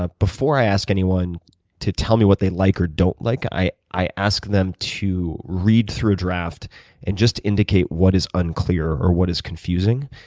ah before i ask anyone to tell me what they like or don't like, i i ask them to read through a draft and just indicate what is unclear or what is confusing.